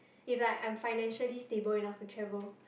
if like I'm financially stable enough to travel